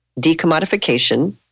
decommodification